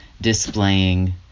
displaying